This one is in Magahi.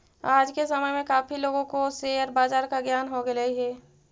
आज के समय में काफी लोगों को शेयर बाजार का ज्ञान हो गेलई हे